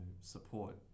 support